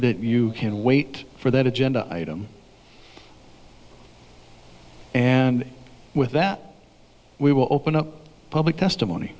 that you can wait for that agenda item and with that we will open up public testimony